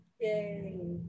Yay